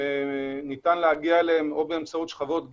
ניתן להגיע אליהם או באמצעות שכבות גיל,